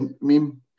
meme